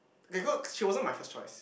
okay cause he wasn't my first choice